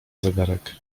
zegarek